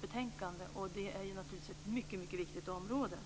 betänkandet. Det är naturligtvis ett mycket viktigt område.